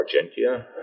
Argentina